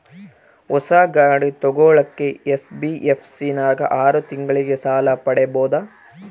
ಹೊಸ ಗಾಡಿ ತೋಗೊಳಕ್ಕೆ ಎನ್.ಬಿ.ಎಫ್.ಸಿ ನಾಗ ಆರು ತಿಂಗಳಿಗೆ ಸಾಲ ಪಡೇಬೋದ?